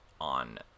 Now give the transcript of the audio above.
on